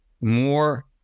more